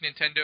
Nintendo